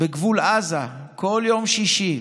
בגבול עזה, בכל יום שישי.